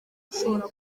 ushobora